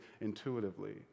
intuitively